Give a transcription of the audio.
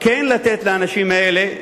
כן לתת לאנשים האלה,